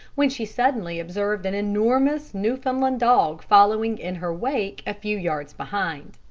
when she suddenly observed an enormous newfoundland dog following in her wake a few yards behind.